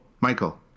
Michael